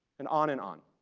and on and on.